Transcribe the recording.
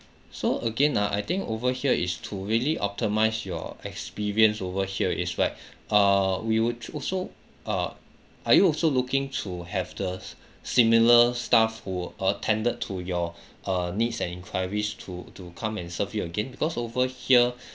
so again ah I think over here is to really optimise your experience over here is right err we would also uh are you also looking to have the similar staff who attended to your uh needs and inquiries to to come and serve you again because over here